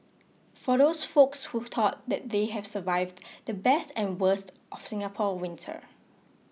for those folks who thought that they have survived the best and the worst of Singapore winter